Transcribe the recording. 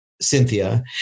Cynthia